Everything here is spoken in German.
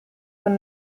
von